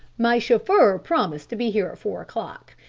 my chauffeur promised to be here at four o'clock.